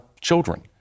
children